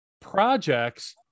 projects